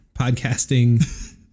podcasting